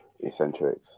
eccentrics